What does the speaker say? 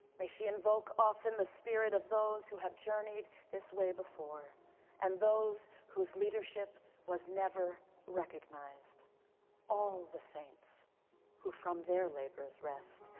may she invoke often the spirit of those who have journeyed this way before and those whose leadership was never recognized all the saints who from their labors rest.